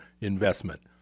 investment